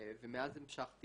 ומאז המשכתי